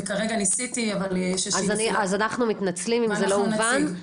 כרגע ניסיתי אבל יש -- אז אנחנו מתנצלים אם זה לא הובן,